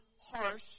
harsh